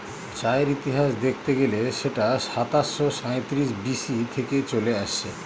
চায়ের ইতিহাস দেখতে গেলে সেটা সাতাশো সাঁইত্রিশ বি.সি থেকে চলে আসছে